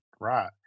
Right